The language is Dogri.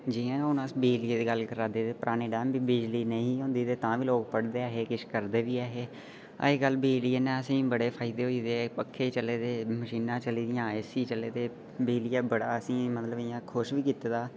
जि'यां हू'न अस बिजलियै दी गल्ल करा दे पराने टाइम बी बिजली नेईं होंदी ही ते तां बी लोक पढ़दे हे किश करदे बी ऐ हे अजकल बिजलियै नै असें ईं बड़े फायदे होई दे पक्खे चलै दे मशीनां चलै दियां एसी चलै दे बिजली दा बड़ा मतलब इं'या असें ईं बड़ा खुश कीते दा कीते दा